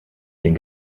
den